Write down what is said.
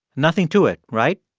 nothing to it, right?